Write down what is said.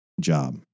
job